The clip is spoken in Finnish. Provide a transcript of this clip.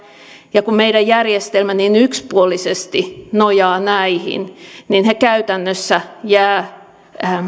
ja kun meidän järjestelmämme niin yksipuolisesti nojaa näihin niin he käytännössä jäävät